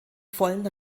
vollen